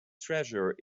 treasure